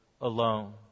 alone